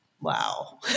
Wow